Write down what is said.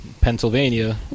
Pennsylvania